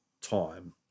time